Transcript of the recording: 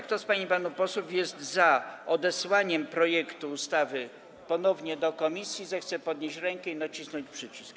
Kto z pań i panów posłów jest za odesłaniem projektu ustawy ponownie do komisji, zechce podnieść rękę i nacisnąć przycisk.